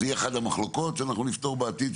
זה יהיה אחד המחלוקות שאנחנו נפתור בעתיד.